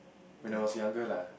when I was younger lah